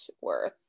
worth